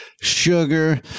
sugar